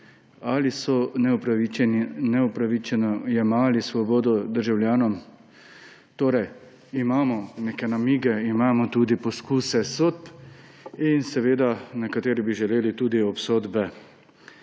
ali so neupravičeno jemali svobodo državljanom. Torej imamo neke namige, imamo tudi poskuse sodb in nekateri bi želeli tudi obsodbe.